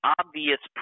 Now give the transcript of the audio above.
obvious